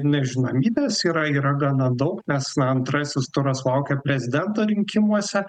nežinomybės yra yra gana daug nes na antrasis turas laukia prezidento rinkimuose